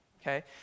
Okay